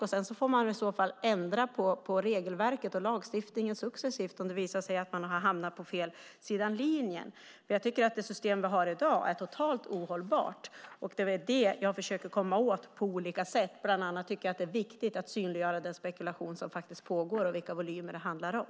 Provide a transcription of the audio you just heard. Visar det sig att man hamnar på fel sida av linjen får man i så fall successivt ändra på regelverket och lagstiftningen. Det system vi har i dag är totalt ohållbart, och det försöker jag komma åt på olika sätt. Bland annat är det viktigt att synliggöra den spekulation som pågår och vilka volymer det handlar om.